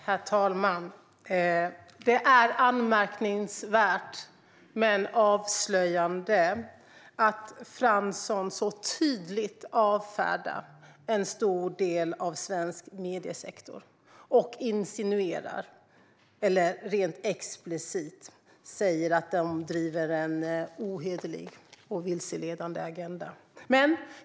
Herr talman! Det är anmärkningsvärt men avslöjande att Fransson så tydligt avfärdar en stor del av svensk mediesektor och insinuerar - eller rent explicit säger - att den driver en ohederlig och vilseledande agenda.